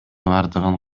бардыгын